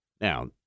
Now